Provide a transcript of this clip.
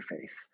faith